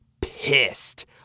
pissed